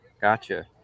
Gotcha